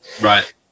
Right